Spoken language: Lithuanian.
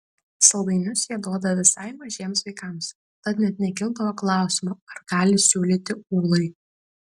saldainius jie duoda visai mažiems vaikams tad net nekildavo klausimo ar gali siūlyti ūlai